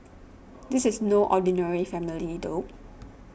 this is no ordinary family though